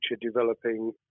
developing